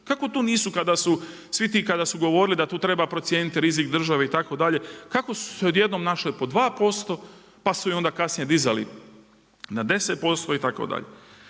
Kako tu nisu svi ti kada su govorili da tu treba procijeniti rizik države itd., kako su se pod jednom našle po 2% pa su ih onda kasnije dizali na 10% itd.?